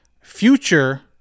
future